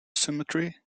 symmetry